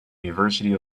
university